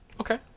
Okay